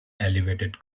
elevated